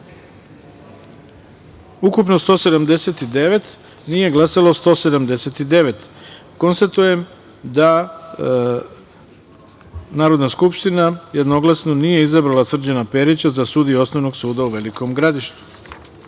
ukupno - 179, nije glasalo 179.Konstatujem da Narodna skupština jednoglasno nije izabrala Srđana Perića za sudiju Osnovnog suda u Velikom Gradištu.2.